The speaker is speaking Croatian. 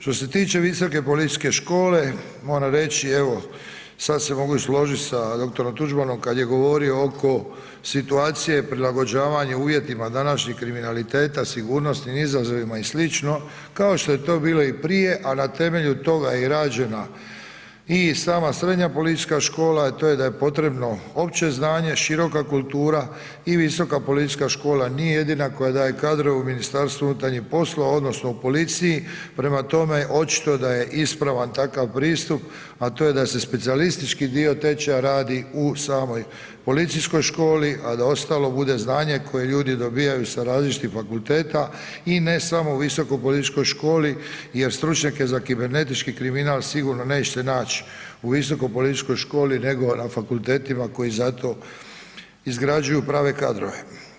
Što se tiče Visoke policijske škole moram reći evo sad se mogu i složit sa dr. Tuđmanom kad je govorio oko situacije prilagođavanje uvjetima današnjih kriminaliteta sigurnosti i izazovima i slično kao što je to bilo i prije, a na temelju toga je i rađena i sama srednja policijska škola, to je da je potrebno opće znanje, široka kultura i visoka policijska škola, nije jedina koja daje kadrove u MUP-u odnosno u policiji, prema tome, očito je da je ispravan takav pristup, a to je da se specijalistički dio tečaja radi u samoj policijskoj školi, a da ostalo bude znanje koje ljudi dobijaju sa različitih fakulteta i ne samo u visokoj političkoj školi jer stručnjake za kibernetički kriminal sigurno nećete nać u Visoko policijskoj školi, nego na fakultetima koji za to izgrađuju prave kadrove.